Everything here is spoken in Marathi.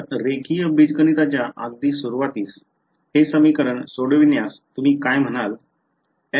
तर रेखीय बीजगणिताच्या अगदी सुरूवातीस हे समीकरण सोडविण्यास तुम्ही काय म्हणाल f वर कोणती कंडिशन पाहिजे